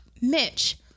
Mitch